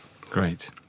Great